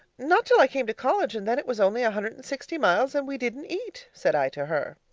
not till i came to college, and then it was only a hundred and sixty miles and we didn't eat said i to her.